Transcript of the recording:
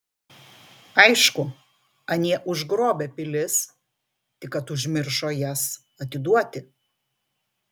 aišku anie užgrobę pilis tik kad užmiršo jas atiduoti